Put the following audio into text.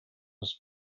was